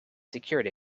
secured